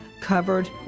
covered